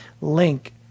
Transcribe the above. link